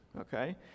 okay